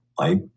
right